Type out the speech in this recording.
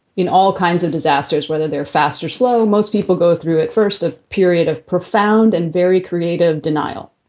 in all kinds of disasters, whether they're fast or slow, most people go through it first, a period of profound and very creative denial,